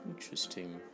Interesting